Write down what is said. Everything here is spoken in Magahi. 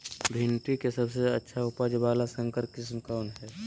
भिंडी के सबसे अच्छा उपज वाला संकर किस्म कौन है?